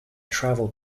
travel